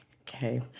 Okay